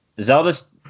Zelda's